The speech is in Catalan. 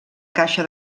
caixa